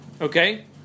Okay